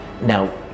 Now